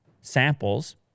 samples